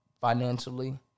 financially